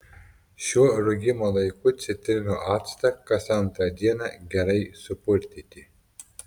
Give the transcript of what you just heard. šiuo rūgimo laiku citrinų actą kas antrą dieną gerai supurtyti